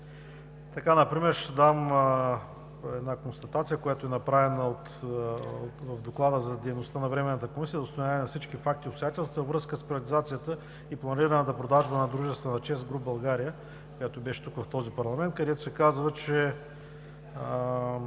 Закона. Например ще дам една констатация, която е направена в Доклада за дейността на Временната комисия за установяване на всички факти и обстоятелства във връзка с приватизацията и планираната продажба на дружествата на ЧЕЗ Груп България, която беше в парламента, където се казва, че